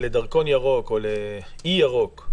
לדרכון ירוק או לאי ירוק,